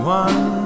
one